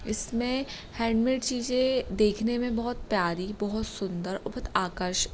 इसमें हैंडमेड चीज़ें देखने में बहुत प्यारी बहुत सुंदर और बहुत आकर्षक